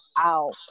Out